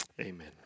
Amen